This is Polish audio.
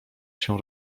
się